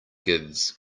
gives